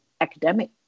academic